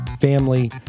family